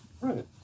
Right